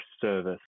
service